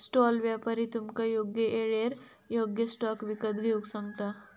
stall व्यापारी तुमका योग्य येळेर योग्य स्टॉक विकत घेऊक सांगता